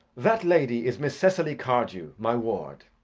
that lady is miss cecily cardew, my ward.